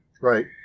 Right